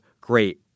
great